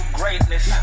greatness